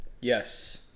Yes